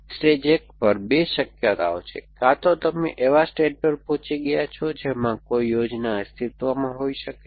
stage 1 પર 2 શક્યતાઓ છે કે કાં તો તમે એવા સ્ટેજ પર પહોંચી ગયા છો જેમાં કોઈ યોજના અસ્તિત્વમાં હોઈ શકે છે